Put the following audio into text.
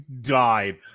died